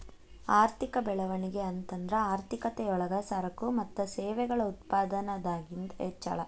ಆರ್ಥಿಕ ಬೆಳವಣಿಗೆ ಅಂತಂದ್ರ ಆರ್ಥಿಕತೆ ಯೊಳಗ ಸರಕು ಮತ್ತ ಸೇವೆಗಳ ಉತ್ಪಾದನದಾಗಿಂದ್ ಹೆಚ್ಚಳ